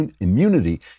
immunity